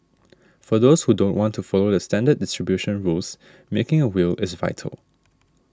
for those who don't want to follow the standard distribution rules making a will is vital